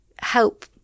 help